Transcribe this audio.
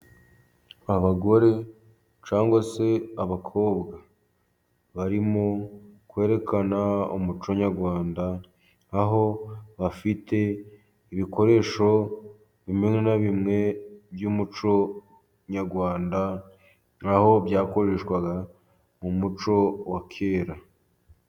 Abagore cyangwa se abakobwa barimo kwerekana umuco nyarwanda, aho bafite ibikoresho bimwe na bimwe by'umuco nyarwanda n'aho byakoreshwaga mu muco wa kera.